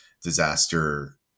disaster